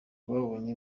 rwabonye